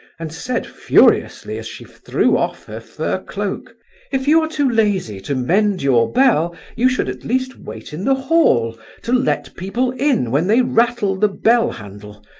and said, furiously, as she threw off her fur cloak if you are too lazy to mend your bell, you should at least wait in the hall to let people in when they rattle the bell handle.